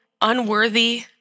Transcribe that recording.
unworthy